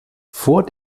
vor